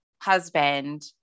husband